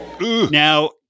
Now